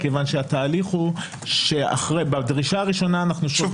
מכיוון שהתהליך הוא שבדרישה הראשונה אנחנו --- שוב,